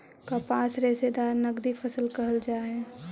कपास रेशादार नगदी फसल कहल जा हई